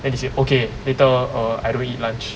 then he say okay later err I go eat lunch